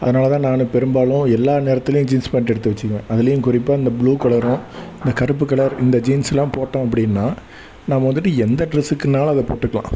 அதனால் தான் நான் பெரும்பாலும் எல்லா நேரத்துலேயும் ஜீன்ஸ் பேண்ட் எடுத்து வச்சுக்குவேன் அதுலேயும் குறிப்பாக இந்த ஃபுளு கலரும் இந்த கருப்பு கலர் இந்த ஜீன்ஸ்லாம் போட்டோம் அப்படினா நம்ம வந்துட்டு எந்த டிரெஸ்ஸுக்குனாலும் அதைப் போட்டுக்கலாம்